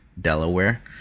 delaware